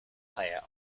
player